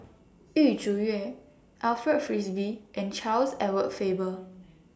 Yu Zhuye Alfred Frisby and Charles Edward Faber